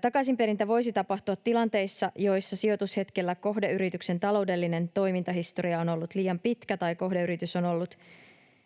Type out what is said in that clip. Takaisinperintä voisi tapahtua tilanteissa, joissa sijoitushetkellä kohdeyrityksen taloudellinen toimintahistoria on ollut liian pitkä tai kohdeyritys on ollut